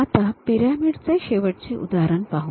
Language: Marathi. आता पिरॅमिडचे शेवटचे उदाहरण पाहू